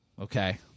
Okay